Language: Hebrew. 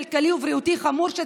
כלכלי ובריאותי חמור.